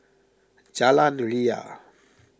Jalan Ria